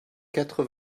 quatre